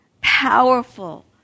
powerful